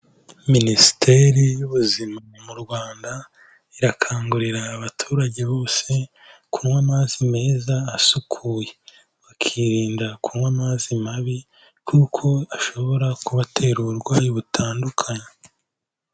Minisiteri y'Ubuzima mu Rwanda, irakangurira abaturage bose, kunywa amazi meza asukuye. Bakirinda kunywa amazi mabi kuko ashobora kubatera uburwayi butandukanye.